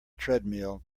treadmill